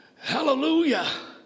Hallelujah